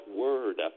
word